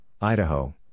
Idaho